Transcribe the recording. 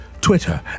Twitter